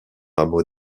hameau